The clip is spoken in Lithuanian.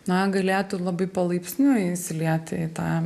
na galėtų labai palaipsniui įsilieti į tą